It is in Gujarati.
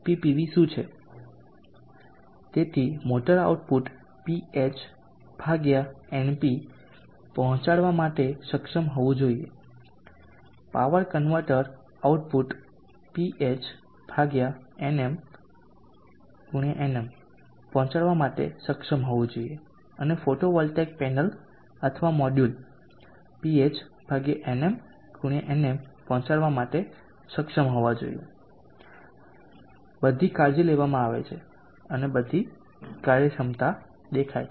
તેથી મોટર આઉટપુટ Phnp પહોંચાડવા માટે સક્ષમ હોવું જોઈએ power converter output Phnm nm પહોંચાડવા માટે સક્ષમ હોવું જોઈએ અને ફોટોવોલ્ટેઇક પેનલ અથવા મોડ્યુલ Phnm nm પહોંચાડવા માટે સક્ષમ હોવા જોઈએ બધી કાળજી લેવામાં આવે છે બધી કાર્યક્ષમતા દેખાય છે